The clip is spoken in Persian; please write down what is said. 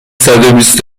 صدوبیست